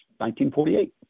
1948